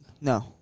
No